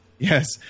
Yes